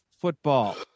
football